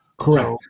Correct